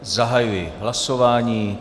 Zahajuji hlasování.